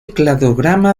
cladograma